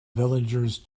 villagers